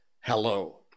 hello